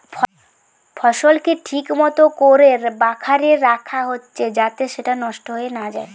ফসলকে ঠিক মতো কোরে বাখারে রাখা হচ্ছে যাতে সেটা নষ্ট না হয়ে যায়